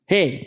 Hey